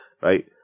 right